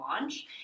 launch